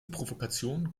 provokation